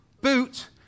boot